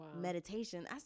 meditation